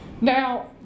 Now